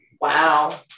Wow